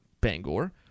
Bangor